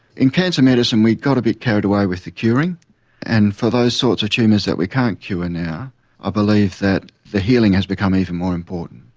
in cancer medicine we've got a bit carried away with the curing and for those sorts of tumours that we can't cure now i ah believe that the healing has become even more important.